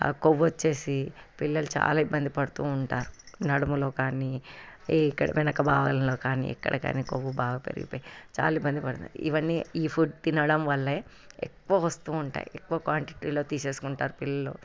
కొవ్వు వచ్చి పిల్లలు చాలా ఇబ్బంది పడుతు ఉంటారు నడుములో కానీ ఇక్కడ వెనక భాగంలో కానీ ఎక్కడ కానీ కొవ్వు బాగా పెరిగిపోయి చాలా ఇబ్బంది పడుతున్నారు ఇవన్నీ ఈ ఫుడ్ తినడం వల్ల ఎక్కువ వస్తు ఉంటాయి ఎక్కువ క్వాంటిటీలో తీసుకుంటారు పిల్లలు